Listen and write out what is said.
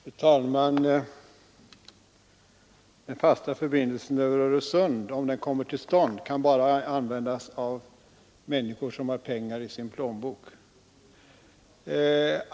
Fru talman! Den fasta förbindelsen över Öresund kan — om den kommer till stånd — bara användas av människor som har pengar i sin plånbok.